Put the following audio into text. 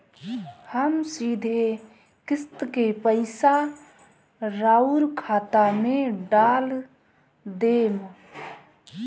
हम सीधे किस्त के पइसा राउर खाता में डाल देम?